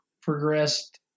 progressed